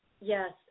yes